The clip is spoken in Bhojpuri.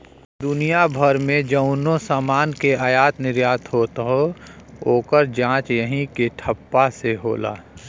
दुनिया भर मे जउनो समान के आयात निर्याट होत हौ, ओकर जांच यही के ठप्पा से होला